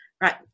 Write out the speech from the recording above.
Right